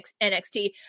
nxt